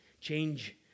Change